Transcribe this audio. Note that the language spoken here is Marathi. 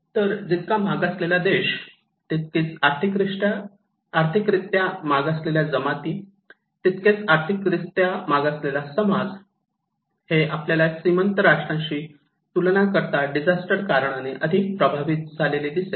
तर जितका मागासलेला देश तितकीच आर्थिक रित्या मागासलेल्या जमाती तितकेच आर्थिकरीत्या मागासलेला समाज हे आपल्याला श्रीमंत राष्ट्रांशी तुलना करता डिजास्टर कारणाने अधिक प्रभावित झालेले दिसते